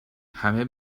همه